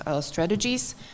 strategies